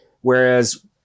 Whereas